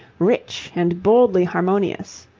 rich, and boldly harmonious.